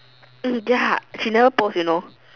um ya she never post you know